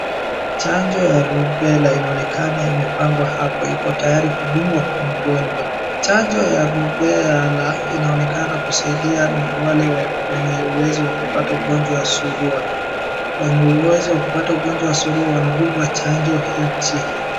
Chanjo ya Rubella inaonekana imepangwa hapa iko tayari kudungwa kwa mgonjwa. Chanjo ya Rubella inaonekana kusaidia wale wenye uwezo wa kupata ugonjwa ya Surua. Wenye uwezo wa kupata ugonjwa wa Surua wanadungwa chanjo hichi.